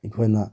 ꯑꯩꯈꯣꯏꯅ